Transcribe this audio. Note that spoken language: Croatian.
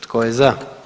Tko je za?